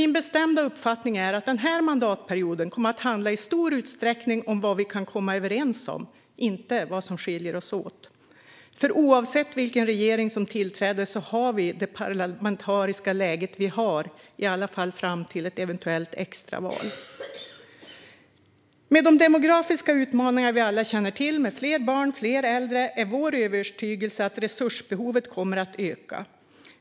Min bestämda uppfattning är att den här mandatperioden i stor utsträckning kommer att handla om vad vi kan komma överens om, inte vad som skiljer oss åt. Oavsett vilken regering som tillträder har vi det parlamentariska läge som vi har, åtminstone fram till ett eventuellt extraval. Med de demografiska utmaningar vi alla känner till, med fler barn och fler äldre, är vår övertygelse att resursbehovet kommer att öka.